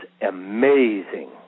amazing